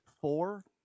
four